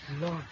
Lord